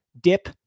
Dip